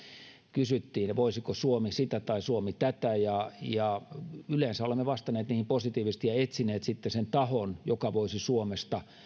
kysyttiin voisiko suomi sitä tai suomi tätä ja ja yleensä olemme vastanneet niihin positiivisesti ja etsineet sitten sen tahon joka voisi suomesta